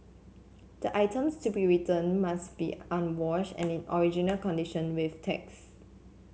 the items to be returned must be unwashed and in original condition with tags